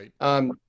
Right